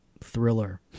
thriller